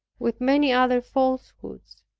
with many other falsehoods.